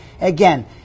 again